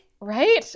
Right